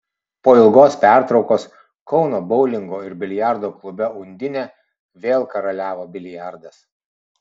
po ilgos pertraukos kauno boulingo ir biliardo klube undinė vėl karaliavo biliardas